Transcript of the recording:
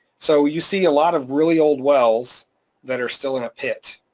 so you see a lot of really old wells that are still in a pit,